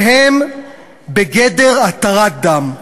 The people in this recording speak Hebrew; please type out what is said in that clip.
שהם בגדר התרת דם.